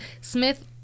Smith